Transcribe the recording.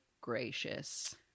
gracious